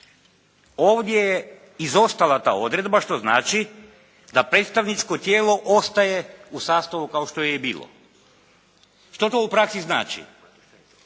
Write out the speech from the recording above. Ovdje je izostala ta odredba što znači da predstavničko tijelo ostaje u sastavu kao što je i bilo. Što to u praksi znači?